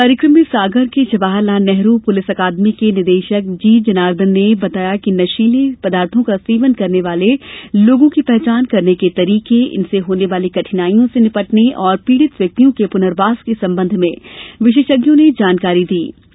कार्यकम में सागर के जवाहरलाल नेहरू पुलिस अकादमी के निदेशक जी जनार्दन ने बताया कि नशीले पदार्थों का सेवन करने वाले लोगों की पहचान करने के तरीके इनसे होने वाली कठिनाइयों से निपटने और पीड़ित व्यक्तियों के प्रनर्वास के संबंध में विशेषज्ञों ने जानकारी दी गई